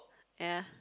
ya